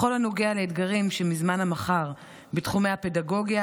בכל הנוגע לאתגרים שמזמן המחר בתחומי הפדגוגיה,